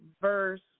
verse